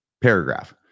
paragraph